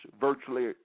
virtually